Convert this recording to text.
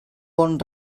bon